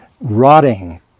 rotting